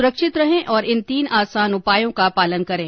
सुरक्षित रहें और इन तीन आसान उपायों का पालन करें